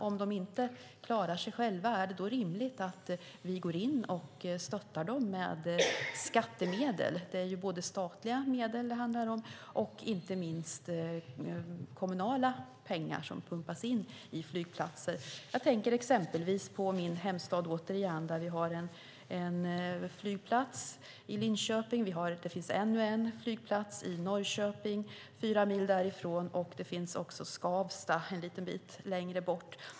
Om de inte klarar sig själva är det då rimligt att vi går in och stöttar dem med skattemedel? Det handlar om statliga medel och inte minst om kommunala pengar som pumpas in i flygplatser. Jag tänker återigen på min hemstad. Vi har en flygplats i Linköping. Det finns ännu en flygplats i Norrköping fyra mil därifrån, och sedan finns också Skavsta en liten bit längre bort.